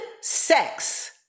sex